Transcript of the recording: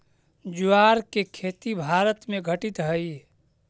ज्वार के खेती भारत में घटित हइ